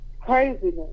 craziness